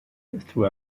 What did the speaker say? through